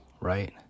right